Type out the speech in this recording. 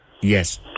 Yes